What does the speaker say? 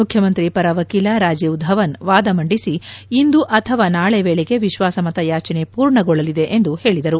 ಮುಖ್ಯಮಂತ್ರಿ ಪರ ವಕೀಲ ರಾಜೀವ್ ಧವನ್ ವಾದ ಮಂಡಿಸಿ ಇಂದು ಅಥವಾ ನಾಳಿ ವೇಳೆಗೆ ವಿಶ್ವಾಸಮತ ಯಾಚನೆ ಪೂರ್ಣಗೊಳ್ಳಲಿದೆ ಎಂದು ಹೇಳಿದರು